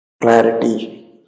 clarity